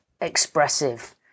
expressive